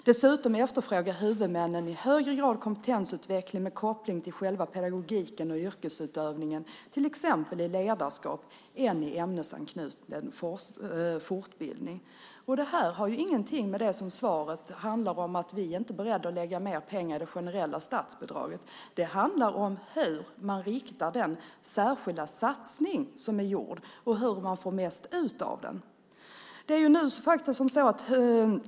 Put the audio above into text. Dessutom efterfrågar huvudmännen i högre grad kompetensutveckling med koppling till själva pedagogiken och yrkesutövningen, till exempel i ledarskap, än i ämnesanknuten fortbildning. Det här har ingenting att göra med det som i svaret handlar om att man inte är beredd att lägga mer pengar i det generella statsbidraget. Det handlar om hur man riktar den särskilda satsning som är gjord och hur man får mest ut av den.